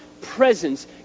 presence